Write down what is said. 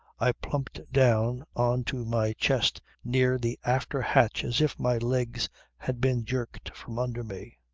i plumped down on to my chest near the after hatch as if my legs had been jerked from under me.